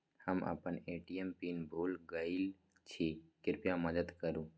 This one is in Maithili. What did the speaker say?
हम आपन ए.टी.एम पिन भूल गईल छी, कृपया मदद करू